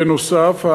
בנוסף,